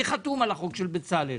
אני חתום על החוק של בצלאל.